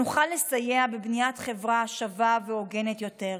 נוכל לסייע בבניית חברה שווה והוגנת יותר,